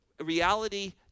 Reality